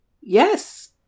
Yes